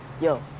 Yo